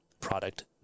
product